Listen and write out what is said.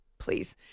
Please